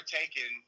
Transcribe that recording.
taken